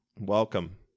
Welcome